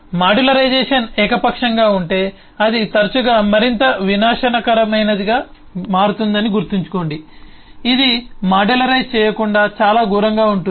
modularisation ఏకపక్షంగా ఉంటే అది తరచుగా మరింత వినాశకరమైనదిగా మారుతుందని గుర్తుంచుకోండి ఇది మాడ్యులైజ్ చేయకుండా చాలా ఘోరంగా ఉంటుంది